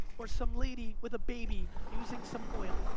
or some lady with a baby using some oil,